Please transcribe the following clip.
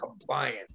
compliant